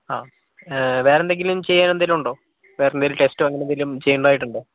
ആ വേറെയെന്തെങ്കിലും ചെയ്യാൻ എന്തെങ്കിലും ഉണ്ടോ വേറെയെന്തെങ്കിലും ടെസ്റ്റോ അങ്ങനെയെന്തെങ്കിലും ചെയ്യേണ്ടതായിട്ടുണ്ടോ